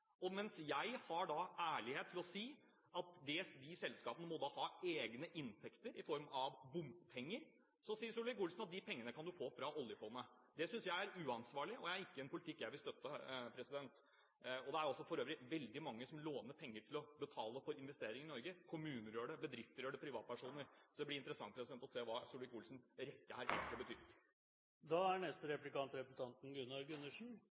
Og mens jeg er ærlig nok til å si at de selskapene må ha egne inntekter i form av bompenger, sier Solvik-Olsen at de pengene kan du få fra oljefondet. Det synes jeg er uansvarlig, og det er ikke en politikk jeg vil støtte. Det er for øvrig også veldig mange som låner penger til å betale for investeringer i Norge – kommuner, bedrifter og privatpersoner gjør det. Så det blir veldig interessant å se hva Solvik-Olsens rekke her egentlig betyr. Jeg er